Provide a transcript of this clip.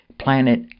planet